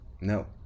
No